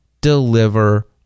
deliver